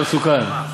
אתה מסוכן.